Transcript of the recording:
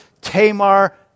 Tamar